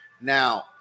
Now